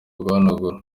guhanagura